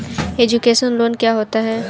Education loan क्या होता है?